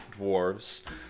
dwarves